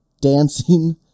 dancing